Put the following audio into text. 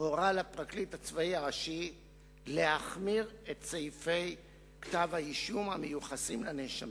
הורה לפרקליט הצבאי הראשי להחמיר את סעיפי כתב-האישום המיוחסים לנאשמים.